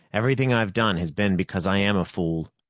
everything i've done has been because i am a fool.